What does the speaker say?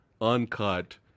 uncut